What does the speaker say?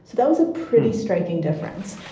so that was a pretty striking difference.